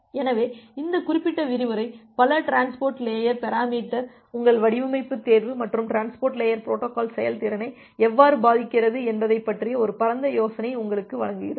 எனவே இந்த குறிப்பிட்ட விரிவுரை பல டிரான்ஸ்போர்ட் லேயர் பெராமீட்டர்கள் உங்கள் வடிவமைப்பு தேர்வு மற்றும் டிரான்ஸ்போர்ட் லேயர் பொரோட்டோகால் செயல்திறனை எவ்வாறு பாதிக்கிறது என்பதை பற்றிய ஒரு பரந்த யோசனையை உங்களுக்கு வழங்குகிறது